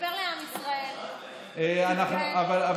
ספר לעם ישראל, תתגאה.